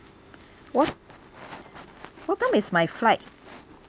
what what time is my flight